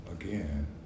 again